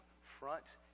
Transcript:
front